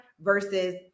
versus